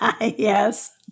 Yes